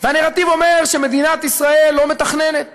והנרטיב אומר שמדינת ישראל לא מתכננת